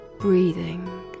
Breathing